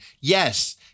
Yes